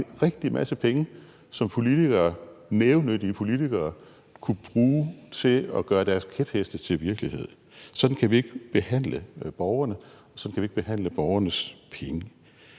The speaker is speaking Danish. bare en rigtig masse penge, som nævenyttige politikere kunne bruge til at gøre deres kæpheste til virkelighed. Sådan kan vi ikke behandle borgerne, og sådan kan vi ikke behandle borgernes penge.